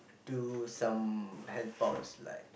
to some hair pops like